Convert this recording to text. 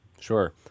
Sure